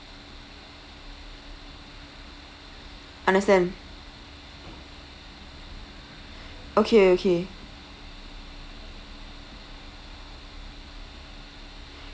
understand okay okay